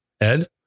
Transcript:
Ed